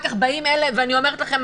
אני אומרת לכם,